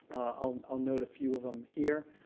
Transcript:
i'll note a few of them here.